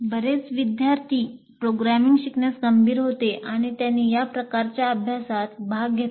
बरेच विद्यार्थी प्रोग्रामिंग शिकण्यास गंभीर होते आणि त्यांनी या प्रकारच्या अभ्यासात भाग घेतला